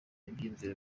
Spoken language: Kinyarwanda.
ibyiyumviro